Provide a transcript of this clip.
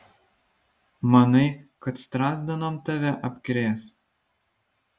manai kad strazdanom tave apkrės